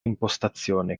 impostazione